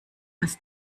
ins